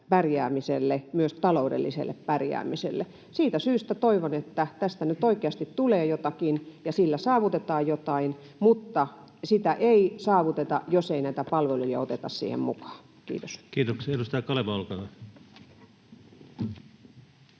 pärjäämisessä, myös taloudellisessa pärjäämisessä. Siitä syystä toivon, että tästä nyt oikeasti tulee jotakin ja tällä saavutetaan jotain — mutta sitä ei saavuteta, jos ei näitä palveluja oteta siihen mukaan. — Kiitos. [Speech 65] Speaker: